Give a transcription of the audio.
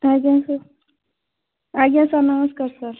ଆଜ୍ଞା ସାର୍ ଆଜ୍ଞା ସାର୍ ନମସ୍କାର ସାର୍